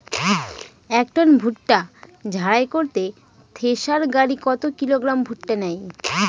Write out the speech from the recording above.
এক টন ভুট্টা ঝাড়াই করতে থেসার গাড়ী কত কিলোগ্রাম ভুট্টা নেয়?